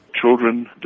Children